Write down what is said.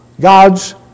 God's